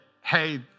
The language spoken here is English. hey